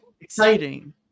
exciting